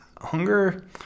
hunger